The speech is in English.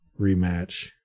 rematch